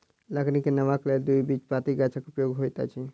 लकड़ी के नावक लेल द्विबीजपत्री गाछक उपयोग होइत अछि